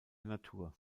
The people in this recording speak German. natur